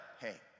hey